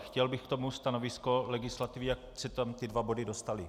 Chtěl bych k tomu stanovisko legislativy, jak se tam ty dva body dostaly.